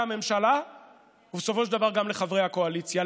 הממשלה ובסופו של דבר גם לחברי הקואליציה.